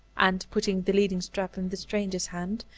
and, putting the leading-strap in the stranger's hand,